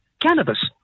cannabis